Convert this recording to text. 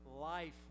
life